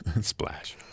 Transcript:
Splash